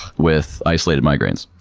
with isolated migraines.